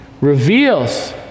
reveals